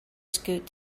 scoot